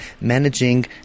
managing